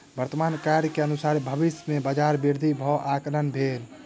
वर्तमान कार्य के अनुसारे भविष्य में बजार वृद्धि के आंकलन भेल